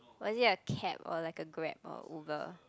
one day I cab or like a Grab or a Uber